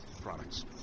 products